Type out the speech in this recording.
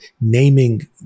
naming